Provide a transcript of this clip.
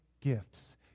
gifts